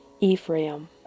Ephraim